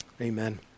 Amen